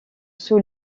soo